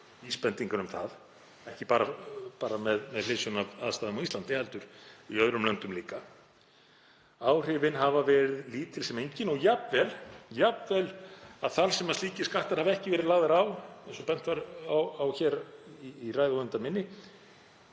vísbendingar um það, ekki bara með hliðsjón af aðstæðum á Íslandi heldur í öðrum löndum líka. Áhrifin hafa verið lítil sem engin og jafnvel þar sem slíkir skattar hafa ekki verið lagðir á, eins og bent var á í ræðu á undan minni,